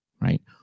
Right